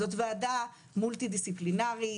זו וועדה מולטי דיסציפלינארית,